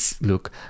look